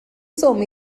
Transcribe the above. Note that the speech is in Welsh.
swm